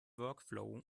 workflow